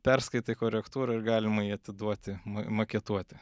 perskaitai korektūrą ir galima jį atiduoti ma maketuoti